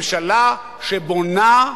ממשלה שבונה,